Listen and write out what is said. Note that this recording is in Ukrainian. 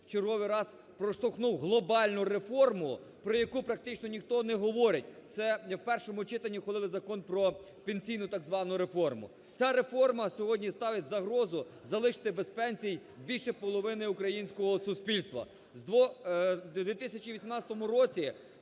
в черговий раз проштовхнув глобальну реформ, про яку практично ніхто не говорить, це в першому читанні ухвалили Закон про пенсійну, так звану, реформу. Ця реформи сьогодні ставить загрозу залишити без пенсій більше половини українського суспільства.